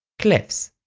clefs.